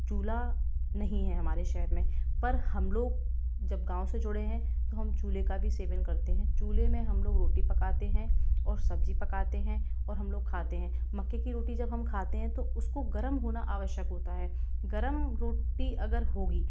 चूल्हा नहीं है हमारे शहर में पर हम लोग जब गाँव से जुड़े हैं तो हम चूल्हे का भी सेवन करते हैं चूल्हे में हम लोग रोटी पकाते हैं और सब्ज़ी पकाते हैं और हम लोग खाते हैं मक्के की रोटी जब हम खाते हैं तो उसको गर्म होना आवश्यक होता है गर्म रोटी अगर होगी